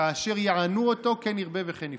"וכאשר יענו אֹתו כן ירבה וכן יפרֹץ".